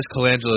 Colangelo